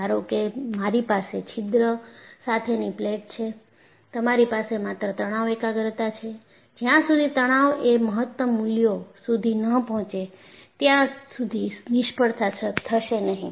ધારો કે મારી પાસે છિદ્ર સાથેની પ્લેટ છે તમારી પાસે માત્ર તણાવ એકાગ્રતા છે જ્યાં સુધી તણાવ એ મહત્તમ મૂલ્યો સુધી ન પહોંચે ત્યાં સુધી નિષ્ફળ થશે નહીં